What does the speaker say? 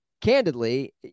candidly